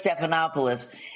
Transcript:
Stephanopoulos